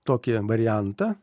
tokį variantą